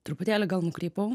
truputėlį gal nukrypau